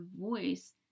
voice